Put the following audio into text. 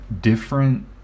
different